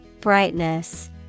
Brightness